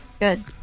Good